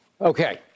Okay